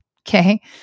okay